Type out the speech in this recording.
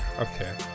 Okay